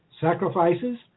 sacrifices